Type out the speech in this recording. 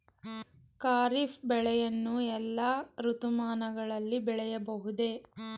ಖಾರಿಫ್ ಬೆಳೆಯನ್ನು ಎಲ್ಲಾ ಋತುಮಾನಗಳಲ್ಲಿ ಬೆಳೆಯಬಹುದೇ?